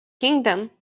kingdom